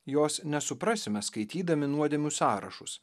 jos nesuprasime skaitydami nuodėmių sąrašus